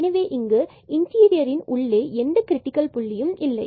எனவே இங்கு இன்டீரியரின் உள்ளே எந்த கிரிடிக்கல் புள்ளியும் இல்லை